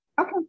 Okay